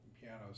pianos